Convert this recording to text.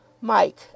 Mike